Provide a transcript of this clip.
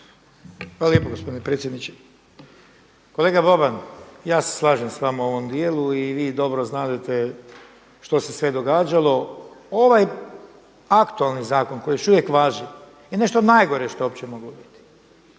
Hvala lijepo gospodine predsjedniče. Kolega Boban, ja se slažem s vama u ovom dijelu i vi dobro znadete što se sve događalo. Ovaj aktualni zakon koji još uvijek važi je nešto najgore što je uopće moglo biti.